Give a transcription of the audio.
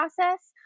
process